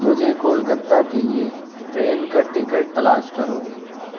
مجھے کولکتہ کے لیے ٹرین کا ٹکٹ تلاش کرو